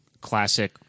classic